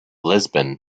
lisbon